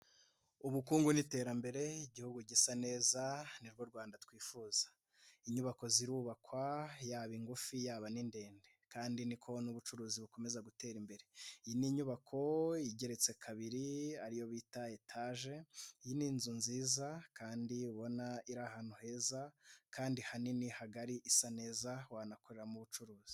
Ubukungu n'iterambere, igihugu gisa neza, ni rwo Rwanda twifuza, inyubako zirubakwa yaba ingufi yaba n'indende kandi ni ko n'ubucuruzi bukomeza gutera imbere, iyi ni inyubako igeretse kabiri ari yo bita etaje, iyi ni inzu nziza kandi ubona iri ahantu heza kandi hanini, hagari isa neza wanakoreramo ubucuruzi.